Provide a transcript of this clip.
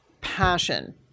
passion